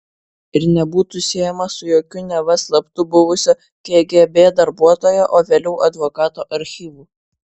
ir nebūti siejamas su jokiu neva slaptu buvusio kgb darbuotojo o vėliau advokato archyvu